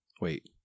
Wait